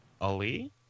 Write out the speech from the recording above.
Ali